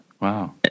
Wow